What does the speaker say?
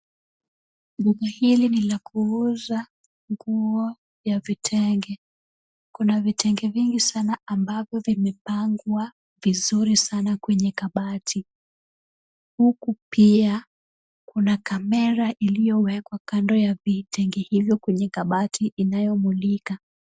Duka hili ni la kuuza nguo ya vitenge. Kuna vitenge vingi sana ambavyo vimepangwa vizuri sana kwenye kabati. Huku pia kuna kamera iliyowekwa kando ya vitenge hivyo kwenye kabati inayomulika.